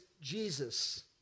Jesus